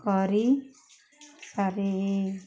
କରି ସାରିଲି